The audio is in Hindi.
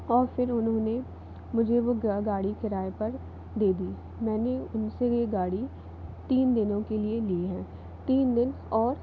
और फिर उन्होंने मुझे वो ग गाड़ी किराए पर दे दी मैंने उनसे ये गाड़ी तीन दिनों के लिए ली है तीन दिन और